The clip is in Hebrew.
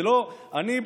אני,